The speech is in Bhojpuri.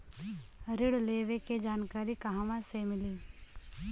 ऋण लेवे के जानकारी कहवा से मिली?